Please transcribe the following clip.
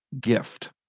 gift